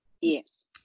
Yes